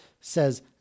says